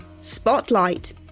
Spotlight